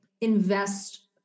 invest